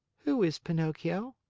who is pinocchio?